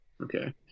Okay